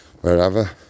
wherever